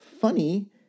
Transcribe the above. Funny